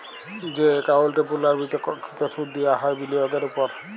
যে একাউল্টে পুর্লাবৃত্ত কৃত সুদ দিয়া হ্যয় বিলিয়গের উপর